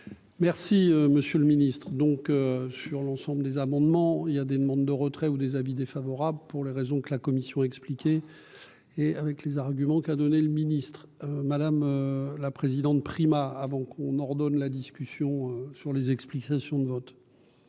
Merci, monsieur le Ministre, donc sur l'ensemble des amendements, il y a des demandes de retrait ou des avis défavorable pour les raisons que la commission expliqué et avec les arguments qu'a donné le ministre madame la présidente, Prima avant qu'on ordonne la discussion sur les explications de vote.